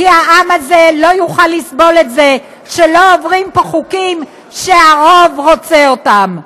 כי העם הזה לא יוכל לסבול את זה שלא עוברים פה חוקים שהרוב רוצה אותם.